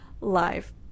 live